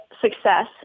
success